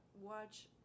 watch